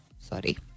Sorry